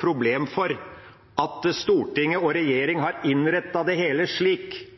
problem først og fremst fordi Stortinget og regjeringen har innrettet det hele slik